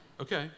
Okay